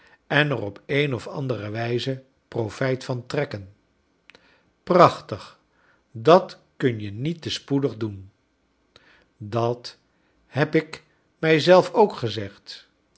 en er op een of andere wijze profijt van trekken j prachtig dat kun je niet te spoe dig doen dat heb ik mij zelf ook gezegd